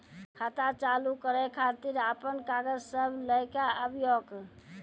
खाता चालू करै खातिर आपन कागज सब लै कऽ आबयोक?